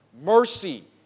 mercy